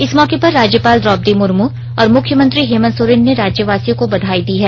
इस मौके पर राज्यपाल द्रोपदी मुर्मू और मुख्यमंत्री हेमंत सोरेन ने राज्यवासियों को बधाई दी है